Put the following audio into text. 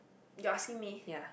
you are asking me